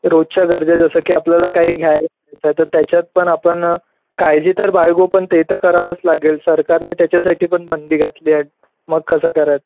रोजच्या गरजा आहे जसं की आपल्याला काही घ्यायचं तर त्याच्यात पण आपण काळजी तर बाळगू पण ते तर करावंच लागेल सरकारने त्याच्यासाठी पण बंदी घातली आहे मग कसं कराल